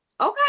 Okay